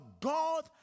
God